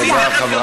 תודה, חברת הכנסת.